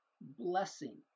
blessing